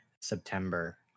September